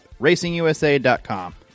racingusa.com